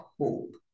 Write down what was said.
hope